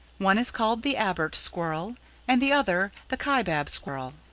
one is called the abert squirrel and the other the kaibab squirrel.